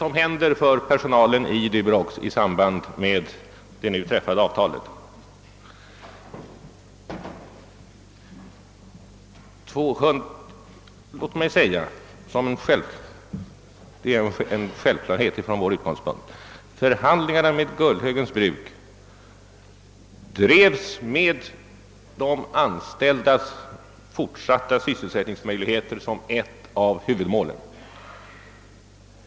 Vad händer med personalen i Durox i samband med det nu träffade avtalet? Låt mig säga att det var självklart för oss att driva förhandlingarna med Gullhögens bruk med de anställdas fortsatta sysselsättningsmöjligheter som ett av huvudmålen.